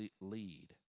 lead